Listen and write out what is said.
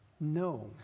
No